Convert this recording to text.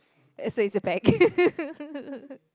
uh so it's a bag